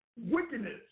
wickedness